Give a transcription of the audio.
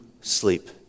sleep